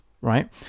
right